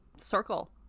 Circle